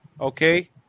Okay